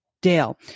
dale